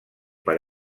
per